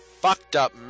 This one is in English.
fucked-up